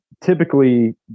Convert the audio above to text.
typically